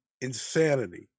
insanity